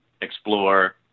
explore